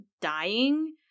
dying